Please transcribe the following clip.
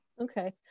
okay